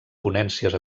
ponències